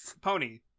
Pony